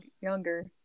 younger